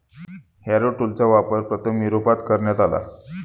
Harrow टूलचा वापर प्रथम युरोपात करण्यात आला